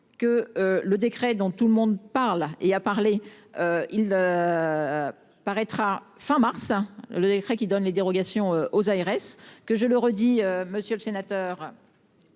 que le décret dont tout le monde parle et à parler. Il. Paraîtra fin mars le décret qui donne les dérogations aux ARS que je le redis, monsieur le sénateur.